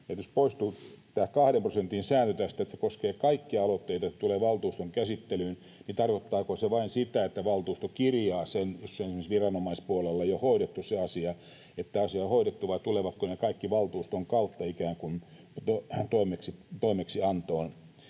tästä poistuu tämä 2 prosentin sääntö, ja jos se koskee kaikkia aloitteita, että ne tulevat valtuuston käsittelyyn, niin tarkoittaako se vain sitä, että valtuusto kirjaa sen, jos se asia on esimerkiksi viranomaispuolella jo hoidettu, vai tulevatko ne kaikki valtuuston kautta ikään